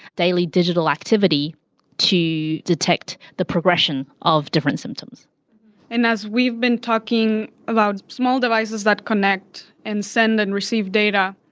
daily digital activity to detect the progression of different symptoms and as we've been talking about small devices that connect and send and receive data,